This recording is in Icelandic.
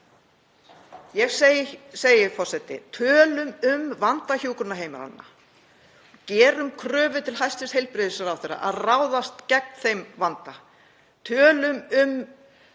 Ég segi, forseti: Tölum um vanda hjúkrunarheimilanna, gerum kröfu til hæstv. heilbrigðisráðherra, að ráðast gegn þeim vanda. Tölum um